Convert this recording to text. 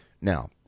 Now